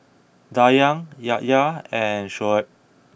Dayang Yahya and Shoaib